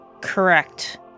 Correct